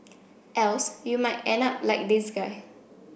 else you might end up like this guy